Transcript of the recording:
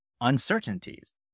uncertainties